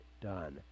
done